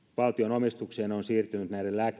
omistukseen on siirtynyt